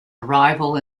arrival